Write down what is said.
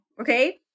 okay